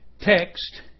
text